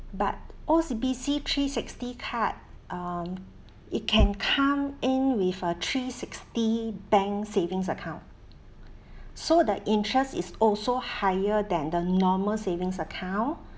but O_C_B_C three sixty card um it can come in with a three sixty bank savings account so the interest is also higher than the normal savings account